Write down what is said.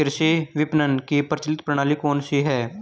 कृषि विपणन की प्रचलित प्रणाली कौन सी है?